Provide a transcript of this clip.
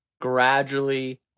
gradually